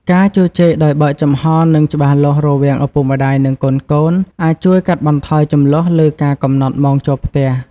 ការជជែកដោយបើកចំហរ និងច្បាស់លាស់រវាងឪពុកម្តាយ និងកូនៗអាចជួយកាត់បន្ថយជម្លោះលើការកំណត់ម៉ោងចូលផ្ទះ។